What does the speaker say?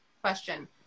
Question